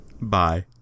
Bye